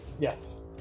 Yes